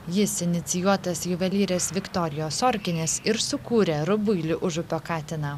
jis inicijuotas juvelyrės viktorijos orkinės ir sukūrė rubuilį užupio katiną